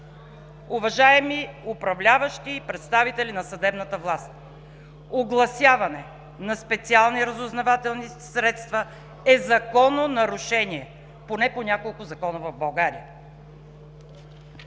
Уважаеми управляващи и представители на съдебната власт, огласяване на специални разузнавателни средства е закононарушение поне по няколко закона в България.